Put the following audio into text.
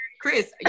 Chris